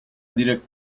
direct